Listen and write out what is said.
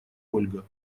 ольга